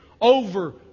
over